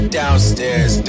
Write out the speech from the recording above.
downstairs